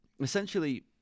essentially